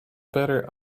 better